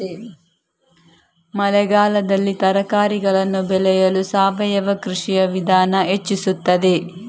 ಮಳೆಗಾಲದಲ್ಲಿ ತರಕಾರಿಗಳನ್ನು ಬೆಳೆಯಲು ಸಾವಯವ ಕೃಷಿಯ ವಿಧಾನ ಹೆಚ್ಚಿಸುತ್ತದೆ?